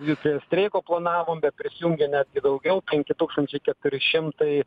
ir prie streiko planavom bet prisijungė netgi daugiau penki tūkstančiai keturi šimtai